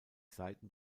seiten